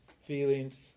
feelings